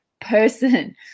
person